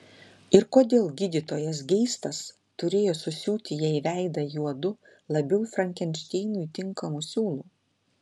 ir kodėl gydytojas geistas turėjo susiūti jai veidą juodu labiau frankenšteinui tinkamu siūlu